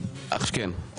כן.